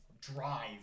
drive